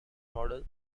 model